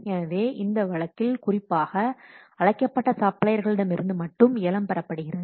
எனவே இந்த வழக்கில் குறிப்பாக அழைக்கப்பட்ட சப்ளையர்களிடமிருந்து மட்டுமே ஏலம் பெறப்படுகிறது